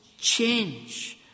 change